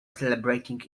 celebrating